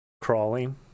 Crawling